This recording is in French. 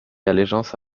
allégeance